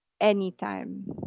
anytime